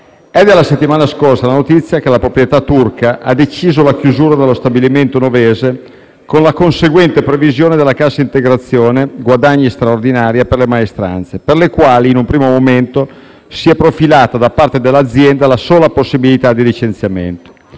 È della settimana scorsa la notizia che la proprietà turca ha deciso la chiusura dello stabilimento novese con la conseguente previsione della cassa integrazione guadagni straordinaria e per le maestranze, per le quali in un primo momento si è profilata da parte dell'azienda la sola possibilità del licenziamento.